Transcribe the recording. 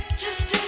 just